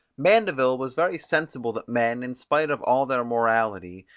mandeville was very sensible that men, in spite of all their morality,